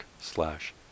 slash